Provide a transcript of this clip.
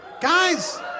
Guys